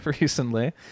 recently